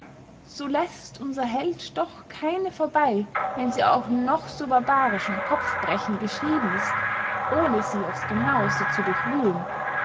so läßt unser held doch keine vorbey wenn sie auch noch so barbarisch und kopfbrechend geschrieben ist ohne sie aufs genauste zu durchwühlen